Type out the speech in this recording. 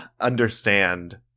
understand